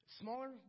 smaller